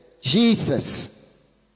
Jesus